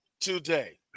today